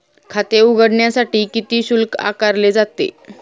खाते उघडण्यासाठी किती शुल्क आकारले जाते?